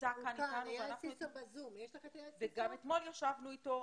שנמצא כאן איתנו, וגם אתמול ישבנו איתו.